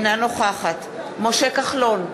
אינה נוכחת משה כחלון,